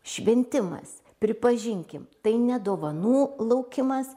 šventimas pripažinkim tai ne dovanų laukimas